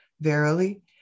Verily